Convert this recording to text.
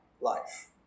life